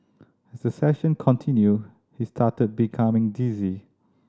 session continued he started becoming dizzy